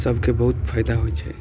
सबके बहुत फायदा होइ छै